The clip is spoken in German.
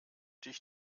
dich